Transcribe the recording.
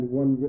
one